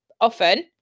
often